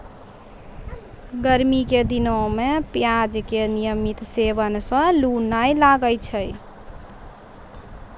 गर्मी के दिनों मॅ प्याज के नियमित सेवन सॅ लू नाय लागै छै